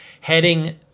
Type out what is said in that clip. heading